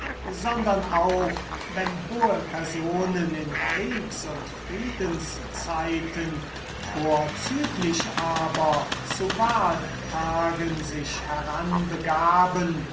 sondern auch wenn hohe personen in kriegs und friedenszeiten vorzüglich aber zu wahltagen sich